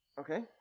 Okay